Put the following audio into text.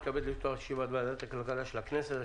אני מתכבד לפתוח את ישיבת ועדת הכלכלה של הכנסת.